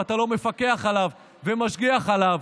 ואתה לא מפקח עליו ומשגיח עליו,